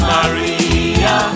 Maria